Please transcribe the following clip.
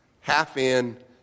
Half-in